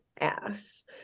ass